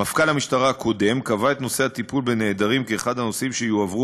מפכ"ל המשטרה הקודם קבע את נושא הטיפול בנעדרים כאחד הנושאים שיועברו,